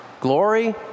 Glory